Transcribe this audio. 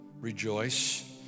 Rejoice